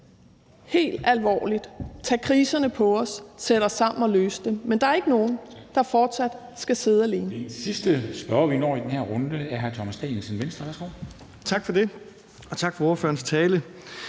helt alvorligt tage kriserne på os og sætte os sammen og løse dem, men der er ikke nogen, der fortsat skal sidde alene.